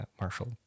Marshall